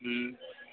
हुँ